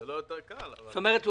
זאת אומרת,